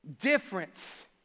difference